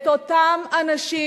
את אותם אנשים,